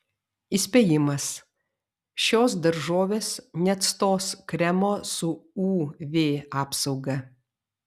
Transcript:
įspėjimas šios daržovės neatstos kremo su uv apsauga